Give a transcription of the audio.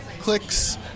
clicks